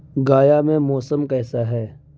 گایا میں موسم کیسا ہے